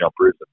jumpers